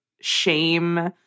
shame